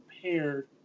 prepared